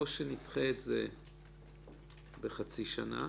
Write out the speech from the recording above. או שנדחה בחצי שנה